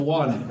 one